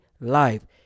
Life